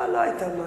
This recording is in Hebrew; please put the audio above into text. לא היתה משהו.